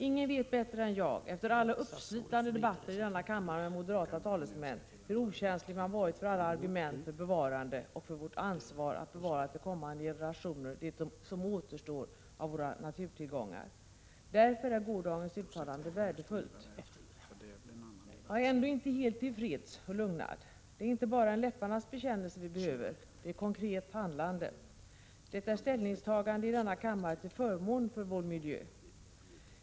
Ingen vet bättre än jag, efter alla uppslitande debatter i denna kammare med moderata talesmän, hur okänslig man varit för alla argument för bevarande och för vårt ansvar att bevara till kommande generationer det som återstår av våra naturtillgångar. Därför är gårdagens uttalande värdefullt. Jag är ändå inte helt till freds och lugnad. Det är inte bara en läpparnas bekännelse vi behöver, det är konkret handlande, det är ställningstagande i denna kammare till förmån för vår miljö.